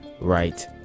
right